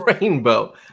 Rainbow